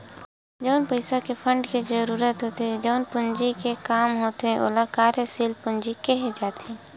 जउन पइसा के फंड के जरुरत होथे जउन पूंजी के काम होथे ओला कार्यसील पूंजी केहे जाथे